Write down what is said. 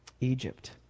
Egypt